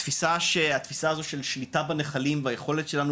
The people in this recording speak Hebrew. התפיסה זאת של שליטה בנחלים והיכולת שלנו